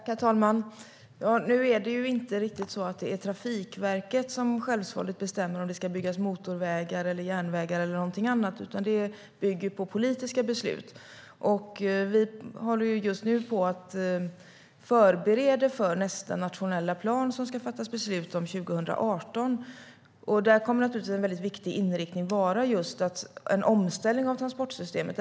Herr talman! Nu är det inte riktigt på det sättet att Trafikverket självsvåldigt bestämmer om det ska byggas motorvägar, järnvägar eller någonting annat. Det bygger på politiska beslut. Vi förbereder just nu för nästa nationella plan som det ska fattas beslut om 2018. En viktig inriktning kommer att vara en omställning av transportsystemet.